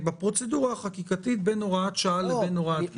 בפרוצדורה של החקיקה בין הוראת שעה לבין הוראת קבע,